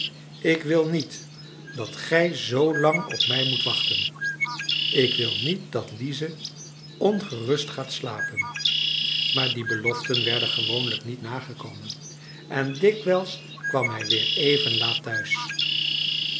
ik wil niet dat gij zoo lang op mij moet wachten ik wil niet dat lize ongerust gaat slapen maar die beloften werden gewoonlijk niet nagekomen en dikwijls kwam hij weer even laat thuis